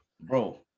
bro